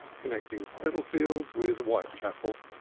connecting spitalfields with whitechapel,